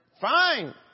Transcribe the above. Fine